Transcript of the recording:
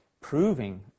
Proving